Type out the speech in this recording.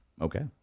Okay